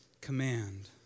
command